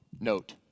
Note